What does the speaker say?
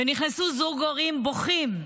ונכנסו זוג הורים בוכים.